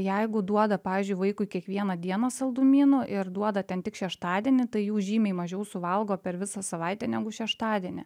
jeigu duoda pavyzdžiui vaikui kiekvieną dieną saldumynų ir duoda ten tik šeštadienį tai jų žymiai mažiau suvalgo per visą savaitę negu šeštadienį